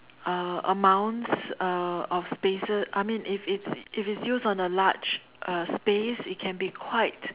uh amounts uh of spaces I mean if it's if it's used on a large uh space it can be quite